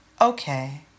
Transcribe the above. Okay